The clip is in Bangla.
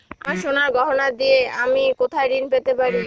আমার সোনার গয়নার দিয়ে আমি কোথায় ঋণ পেতে পারি?